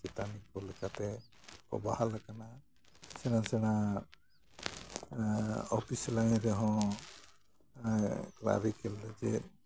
ᱢᱟᱪᱮᱛᱟ ᱱᱤ ᱠᱚ ᱞᱮᱠᱟᱛᱮ ᱠᱚ ᱵᱟᱦᱟᱞ ᱟᱠᱟᱱᱟ ᱥᱮᱬᱟ ᱥᱮᱬᱟ ᱚᱯᱷᱤᱥ ᱞᱟᱭᱤᱱ ᱨᱮᱦᱚᱸ ᱠᱞᱟᱨᱤᱠᱮᱞ ᱨᱮᱜᱮ